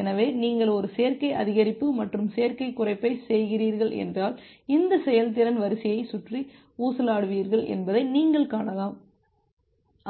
எனவே நீங்கள் ஒரு சேர்க்கை அதிகரிப்பு மற்றும் சேர்க்கை குறைப்பைச் செய்கிறீர்கள் என்றால் இந்த செயல்திறன் வரிசையைச் சுற்றி ஊசலாடுவீர்கள் என்பதை நீங்கள் காணலாம்